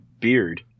beard